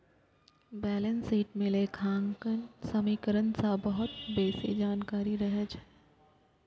balance sheet मे लेखांकन समीकरण सं बहुत बेसी जानकारी रहै छै